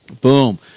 Boom